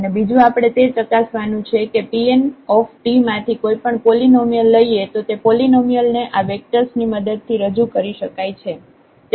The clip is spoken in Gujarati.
અને બીજું આપણે તે ચકાસવાનું છે કે Pnt માંથી કોઈપણ પોલીનોમિયલ લઈએ તો તે પોલીનોમિયલ ને આ વેક્ટર્સ ની મદદ થી રજુ કરી શકાય છે